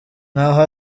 nk’aho